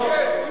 נכון.